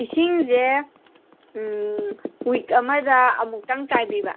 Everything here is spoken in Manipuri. ꯏꯁꯤꯡꯁꯦ ꯋꯤꯛ ꯑꯃꯗ ꯑꯃꯨꯛꯇꯪ ꯆꯥꯏꯕꯤꯕ